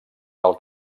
pel